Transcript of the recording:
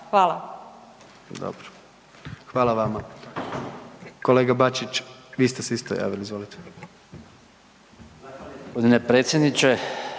(HDZ)** Dobro. Hvala vama. Kolega Bačić, vi ste se isto javili izvolite.